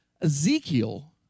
Ezekiel